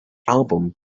album